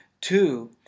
Two